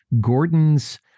Gordon's